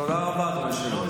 תודה רבה, היושב-ראש.